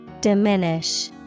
Diminish